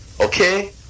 Okay